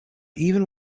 even